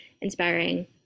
inspiring